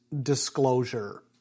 disclosure